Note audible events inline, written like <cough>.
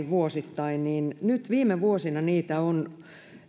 <unintelligible> vuosittain niin nyt viime vuosina niitä on